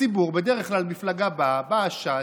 בדרך כלל מפלגה באה, באה ש"ס,